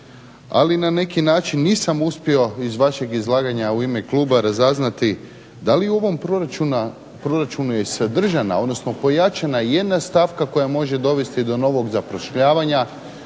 ali na neki način nisam uspio iz vašeg izlaganja u ime kluba razaznati da li je u ovom proračunu sadržana odnosno pojačana i jedna stavka koja može dovesti do novog zapošljavanja,